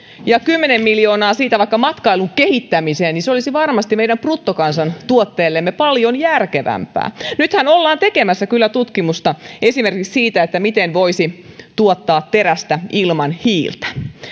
ja kymmenen miljoonaa vaikka matkailun kehittämiseen niin se olisi varmasti meidän bruttokansantuotteellemme paljon järkevämpää nythän ollaan tekemässä tutkimusta esimerkiksi siitä miten voisi tuottaa terästä ilman hiiltä